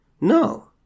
No